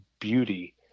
beauty